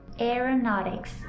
aeronautics